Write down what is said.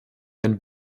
wenn